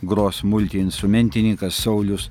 gros multiinstrumentininkas saulius